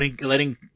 Letting